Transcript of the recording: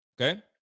okay